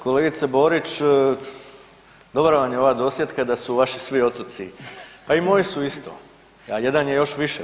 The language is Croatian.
Kolegice Borić dobra vam je ova dosjetka da su vaši svi otoci, pa i moji su isto, a jedan je još više.